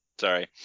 Sorry